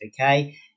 Okay